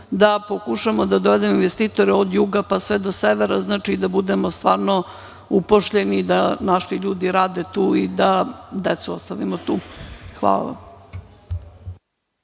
da pokušamo da dovedemo investitore od juga pa sve do severa, znači, da budemo stvarno upošljeni, da naši ljudi rade tu i da decu ostavimo tu. Hvala